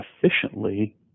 efficiently